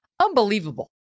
Unbelievable